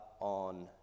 on